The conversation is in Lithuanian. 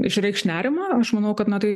išreikš nerimą aš manau kad na tai